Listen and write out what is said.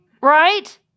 Right